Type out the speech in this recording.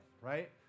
right